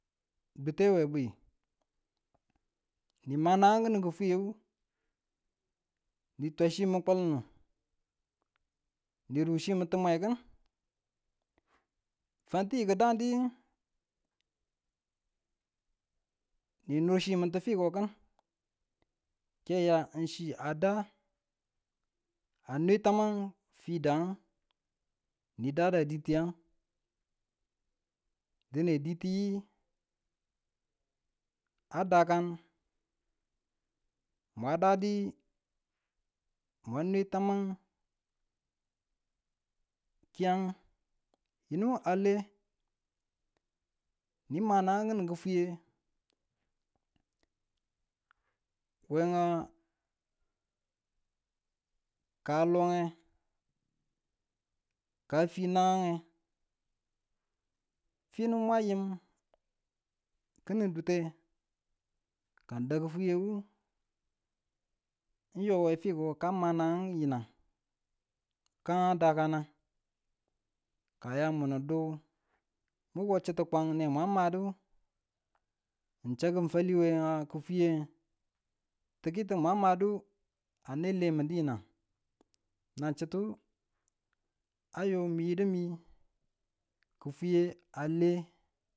Bete we bwi nima nagang kini kifwiyewu ni twachimin kulunnu ni do chimin ti mwe kin, fanti ki dadu kin ni nur chi min ti fiko kin ke aya ng chi a da a nwe taman fi daa, ni dada ditiyang dine ditiyi a dakan mwa dadi mwa nwe taman kiyan yinu a le nima nagang kinin kifweye we a ka a lo nge ka a finang nge finu mwa yim kinin dute ka ng dak fwiye wu ng yo we fiko ka ma nang yinang ka dakana ka a ya mu ng du muko chitu kwan nge muku ne mwa madu ng chaku fali we a kifwiye tikii mwa madu a ne lemunu yinang nan chitu a yo miyi du mi kifwiye a le